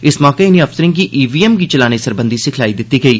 इस मौके इनें अफसरें गी ई वी एम गी चलाने सरबंधी सिखलाई दित्ती गेई